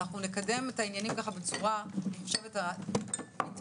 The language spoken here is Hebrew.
אנחנו נקדם את העניינים בצורה המיטבית ביותר.